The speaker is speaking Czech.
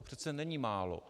To přece není málo.